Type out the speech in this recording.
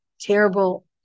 terrible